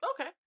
Okay